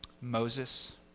Moses